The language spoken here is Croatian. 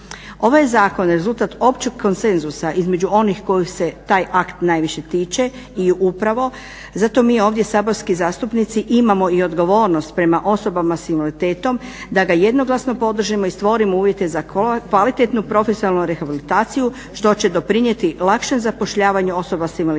Ovaj je zakon rezultat općeg konsenzusa između onih koji se taj akt najviše tiče i upravo zato mi ovdje saborski zastupnici imamo i odgovornost prema osobama s invaliditetom da ga jednoglasno podržimo i stvorimo uvjete za kvalitetnu, profesionalnu rehabilitaciju što će doprinijeti lakšem zapošljavanju osoba s invaliditetom